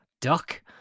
Duck